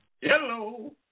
Hello